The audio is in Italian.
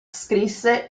scrisse